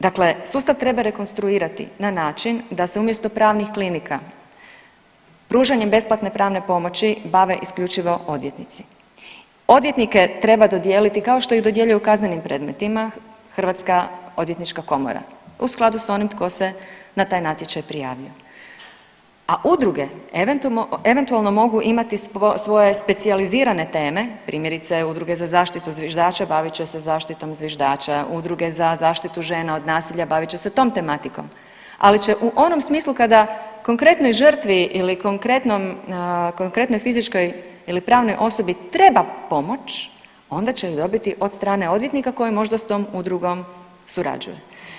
Dakle sustav treba rekonstruirati na način da se umjesto pravnih klinika pružanjem besplatne pravne pomoći bave isključivo odvjetnici, odvjetnike treba dodijeliti kao što ih dodjeljuju u kaznenim predmetima HOK u skladu s onim tko se na taj natječaj prijavio, a udruge eventualno mogu imati svoje specijalizirane teme, primjerice udruge za zaštitu zviždača bavit će se zaštitom zviždača, udruge za zaštitu žena od nasilja bavit će se tom tematikom, ali će u onom smislu kada konkretnoj žrtvi ili konkretnom, konkretnoj fizičkoj ili pravnoj osobi treba pomoć onda će ju dobiti od strane odvjetnika koji možda s tom udrugom surađuje.